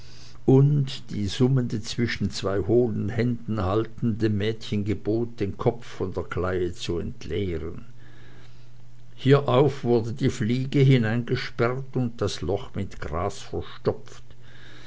und die summende zwischen beiden hohlen händen haltend dem mädchen gebot den kopf von der kleie zu entleeren hierauf wurde die fliege hineingesperrt und das loch mit gras verstopft